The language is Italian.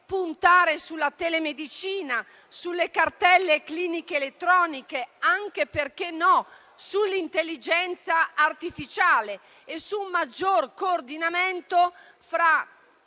puntare sulla telemedicina, sulle cartelle cliniche elettroniche e anche - perché no - sull'intelligenza artificiale e su un maggior coordinamento tra